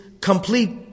complete